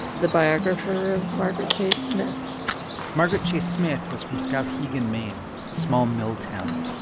the biographer of margaret chase smith margaret chase smith was from skowhegan, maine, a small mill town.